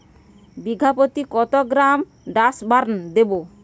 বিঘাপ্রতি কত গ্রাম ডাসবার্ন দেবো?